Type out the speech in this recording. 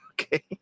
Okay